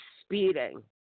speeding